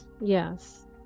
yes